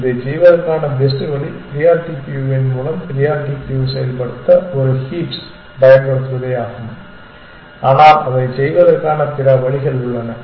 இதைச் செய்வதற்கான பெஸ்ட் வழி ப்ரியாரிட்டி க்யூவின் மூலம் ப்ரியாரிட்டி க்யூ செயல்படுத்த ஒரு ஹீப்ஸ் பயன்படுத்துவதே ஆகும் ஆனால் அதைச் செய்வதற்கான பிற வழிகள் உள்ளன